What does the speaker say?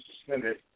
suspended